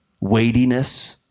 weightiness